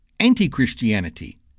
Anti-Christianity